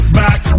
back